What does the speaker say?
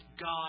God